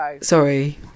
sorry